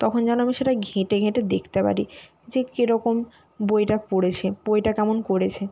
তখন যেন আমি সেটা ঘেঁটে ঘেঁটে দেখতে পারি যে কিরকম বইটা পড়েছে বইটা কেমন করেছে